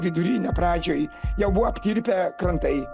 vidury ne pradžioj jau buvo aptirpę krantai